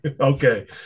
Okay